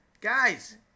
guys